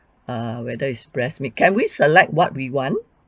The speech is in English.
err whether it's breast meat can we select what we want